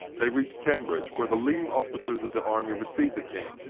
they reached cambridge, where the leading officers of the army received the king,